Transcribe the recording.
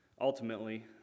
Ultimately